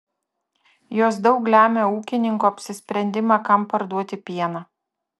jos daug lemia ūkininko apsisprendimą kam parduoti pieną